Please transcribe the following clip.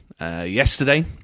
yesterday